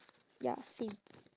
ya same